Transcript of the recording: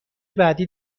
بعدی